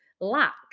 lack